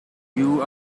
you